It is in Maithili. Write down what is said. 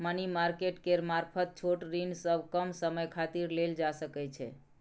मनी मार्केट केर मारफत छोट ऋण सब कम समय खातिर लेल जा सकइ छै